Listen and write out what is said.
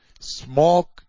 Smoke